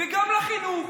וגם לחינוך.